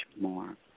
more